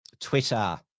twitter